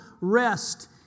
rest